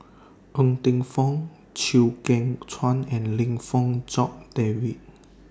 Ng Teng Fong Chew Kheng Chuan and Lim Fong Jock David